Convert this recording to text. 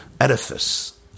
edifice